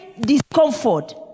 discomfort